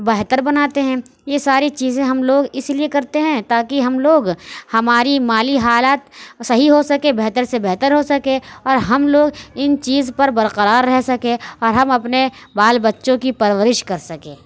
بہتر بناتے ہیں یہ ساری چیزیں ہم لوگ اسی لیے کرتے ہیں تاکہ ہم لوگ ہماری مالی حالت صحیح ہو سکے بہتر سے بہتر ہو سکے اور ہم لوگ ان چیز پر برقرار رہ سکے اور ہم اپنے بال بچوں کی پرورش کر سکیں